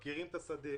מכירים את השדה,